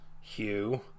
Hugh